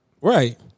Right